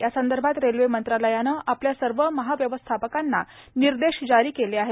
या संदर्भात रेल्वे मंत्रालयानं आपल्या सर्व महाव्यवस्थापकांना निर्देश जारी केले आहेत